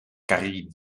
karien